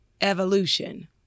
evolution